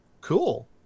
cool